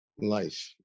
life